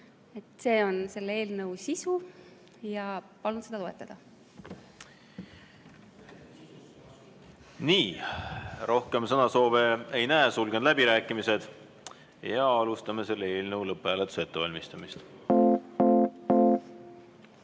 See on selle eelnõu sisu. Palun seda toetada. Nii. Rohkem sõnasoove ei näe, sulgen läbirääkimised. Alustame selle eelnõu lõpphääletuse ettevalmistamist. Head